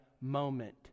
moment